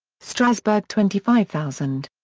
strasbourg twenty five thousand.